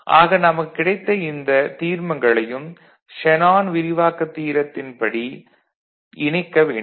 ஆக நமக்குக் கிடைத்த இந்த இரு தீர்மங்களையும் ஷேனான் விரிவாக்கத் தியரத்தின் படி இணைக்க வேண்டும்